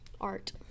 art